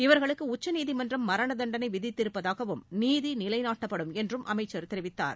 இவர்களுக்கு உச்சநீதிமன்றம் மரணதண்டனை விதித்திருப்பதாகவும் நீதிநிலைநாட்டப்படும் என்றும் அமைச்சர் தெரிவித்தார்